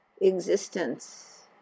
existence